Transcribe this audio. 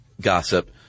gossip